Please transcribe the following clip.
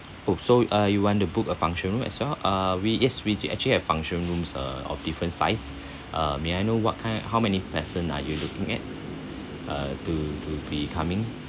oh so uh you want to book a function room as well uh we yes we actually have function rooms uh of different size uh may I know what kind how many person are you looking at uh to to be coming